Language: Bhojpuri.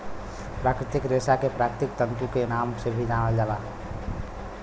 प्राकृतिक रेशा के प्राकृतिक तंतु के नाम से भी जानल जाला